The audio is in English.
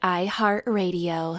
iHeartRadio